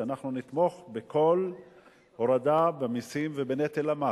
שאנחנו נתמוך בכל הורדה במסים ובנטל המס.